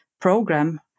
program